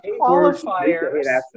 qualifiers